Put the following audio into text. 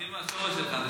תתחיל מהשורש שלך.